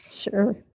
Sure